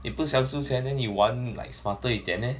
你不想输钱 then 你玩 like smarter 一点 leh